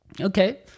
Okay